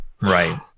Right